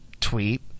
tweet